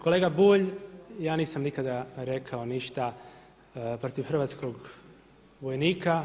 Kolega Bulj, ja nisam nikada rekao ništa protiv hrvatskog vojnika.